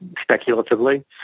speculatively